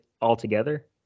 altogether